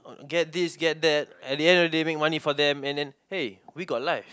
get this get that at the end of the day make money for them and then hey we got life